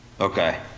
okay